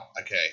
Okay